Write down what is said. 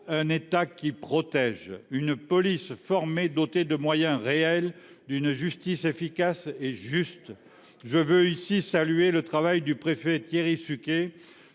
un État qui protège, une police formée et dotée de moyens réels, une justice efficace et juste. Je veux ici saluer le travail du préfet Thierry Suquet